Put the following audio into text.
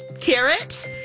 carrot